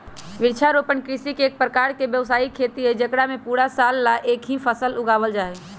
वृक्षारोपण कृषि एक प्रकार के व्यावसायिक खेती हई जेकरा में पूरा साल ला एक ही फसल उगावल जाहई